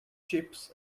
chips